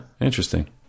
interesting